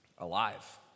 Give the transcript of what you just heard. alive